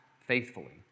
faithfully